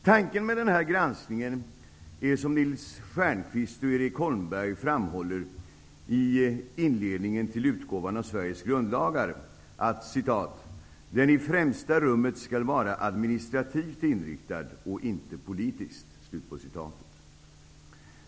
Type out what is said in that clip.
Tanken med denna granskning är som Nils Stjernquist och Erik Holmberg framhåller i inledningen till utgåvan av Sveriges grundlagar att ''den i främsta rummet skall vara administrativt inriktad och inte politiskt''.